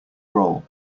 roll